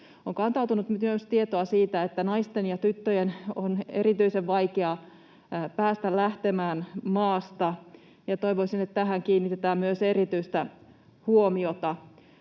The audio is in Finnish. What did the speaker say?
On kantautunut myös tietoa siitä, että naisten ja tyttöjen on erityisen vaikeaa päästä lähtemään maasta, ja toivoisin, että tähän kiinnitetään myös erityistä huomiota.